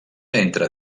entre